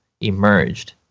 emerged